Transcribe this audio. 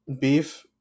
beef